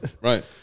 Right